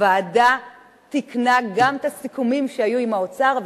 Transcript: הוועדה תיקנה גם את הסיכומים שהיו עם האוצר,